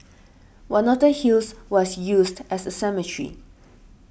one of the hills was used as a cemetery